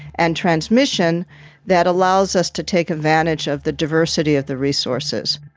and transmission that allows us to take advantage of the diversity of the resources.